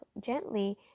gently